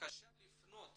ובבקשה להפנות